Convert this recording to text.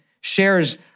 shares